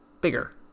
bigger